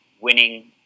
winning